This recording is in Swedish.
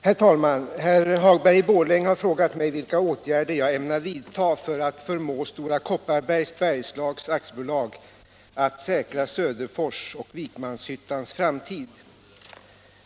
Herr talman! Herr Hagberg i Borlänge har frågat mig vilka åtgärder jag ämnar vidtaga för att förmå Stora Kopparbergs Bergslags AB att säkra Söderfors och Vikmanshyttans framtid.